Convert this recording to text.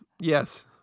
Yes